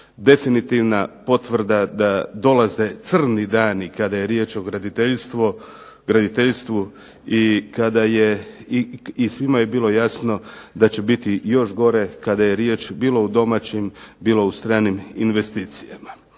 definitivna potvrda da dolaze crni dani kada je riječ o graditeljstvu i svima je bilo jasno da će biti još gore kada je riječ bilo o domaćim, bilo o stranim investicijama.